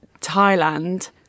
Thailand